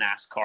NASCAR